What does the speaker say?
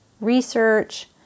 research